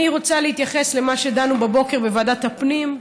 אני רוצה להתייחס למה שדנו בבוקר בוועדת הפנים,